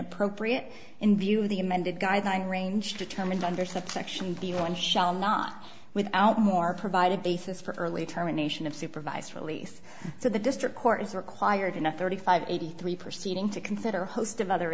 appropriate in view of the amended guideline range determined under subsection b one shall not without more provided bases for early termination of supervised release so the district court is required in a thirty five eighty three proceeding to consider host of other